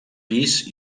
pis